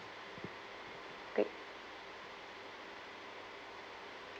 click